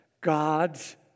God's